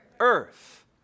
earth